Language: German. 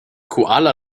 kuala